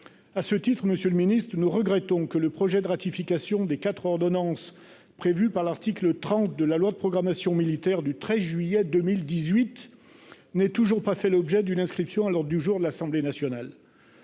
à ce titre-Monsieur le Ministre, nous regrettons que le projet de ratification des 4 ordonnances prévues par l'article 30 de la loi de programmation militaire du 13 juillet 2018 n'est toujours pas fait l'objet d'une inscription à lors du jour de l'Assemblée nationale.